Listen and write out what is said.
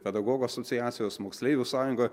pedagogų asociacijos moksleivių sąjunga